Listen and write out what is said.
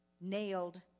nailed